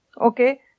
Okay